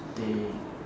they